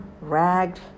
ragged